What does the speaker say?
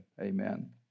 Amen